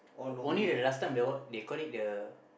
oh only the last time the what they call it the